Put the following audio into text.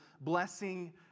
Blessing